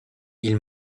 ils